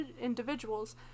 individuals